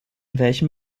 welchem